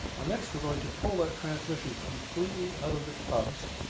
next, we're going to pull that transmission completely out of the tubs.